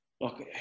Look